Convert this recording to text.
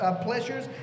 pleasures